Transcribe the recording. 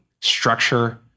structure